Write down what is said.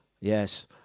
Yes